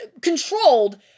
controlled